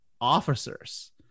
officers